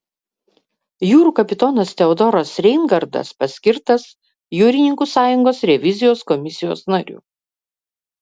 jūrų kapitonas teodoras reingardas paskirtas jūrininkų sąjungos revizijos komisijos nariu